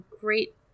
great